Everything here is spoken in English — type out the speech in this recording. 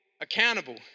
accountable